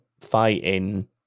fighting